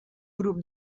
grup